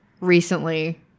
recently